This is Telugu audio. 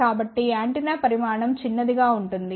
కాబట్టి యాంటెన్నా పరిమాణం చిన్నదిగా ఉంటుంది